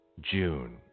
June